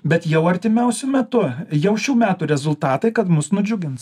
bet jau artimiausiu metu jau šių metų rezultatai kad mus nudžiugins